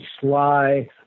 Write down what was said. sly